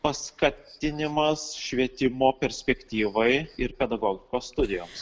paskatinimas švietimo perspektyvai ir pedagogikos studijoms